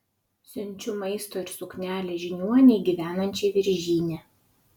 siunčiu maisto ir suknelę žiniuonei gyvenančiai viržyne